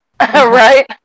Right